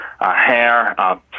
hair